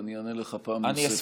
ואני אענה לך פעם נוספת.